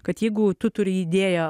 kad jeigu tu turi idėją